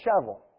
shovel